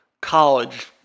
college